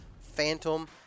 phantom